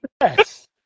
yes